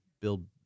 build